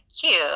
cute